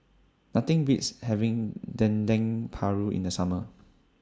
Nothing Beats having Dendeng Paru in The Summer